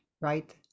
Right